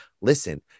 Listen